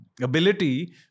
ability